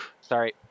sorry